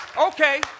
okay